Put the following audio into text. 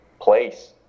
place